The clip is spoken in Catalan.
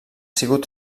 sigut